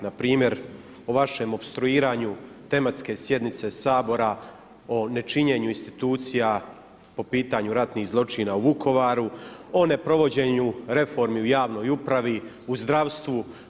Na primjer o vašem opstruiranju tematske sjednice Sabora o nečinjenju institucija po pitanju ratnih zločina u Vukovaru, o neprovođenju reformi u javnoj upravi, u zdravstvu.